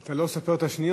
אתה לא סופר את השניות.